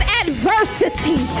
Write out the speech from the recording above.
adversity